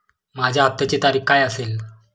माझ्या हप्त्याची तारीख काय असेल?